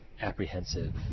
apprehensive